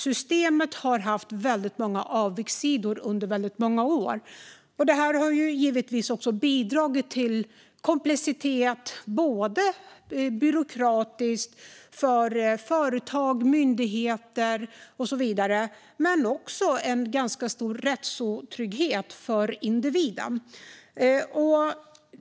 Systemet har haft väldigt många avigsidor under väldigt många år. Det här har givetvis bidragit till byråkratisk komplexitet för företag, myndigheter och så vidare, men också till en ganska stor rättsotrygghet för individen.